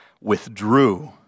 withdrew